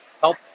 help